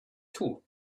too